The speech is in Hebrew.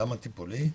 ולמה טיפולי?